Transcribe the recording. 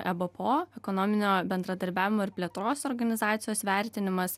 ebpo ekonominio bendradarbiavimo ir plėtros organizacijos vertinimas